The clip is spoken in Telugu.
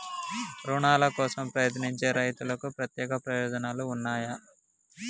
రుణాల కోసం ప్రయత్నించే రైతులకు ప్రత్యేక ప్రయోజనాలు ఉన్నయా?